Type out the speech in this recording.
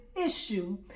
issue